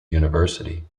university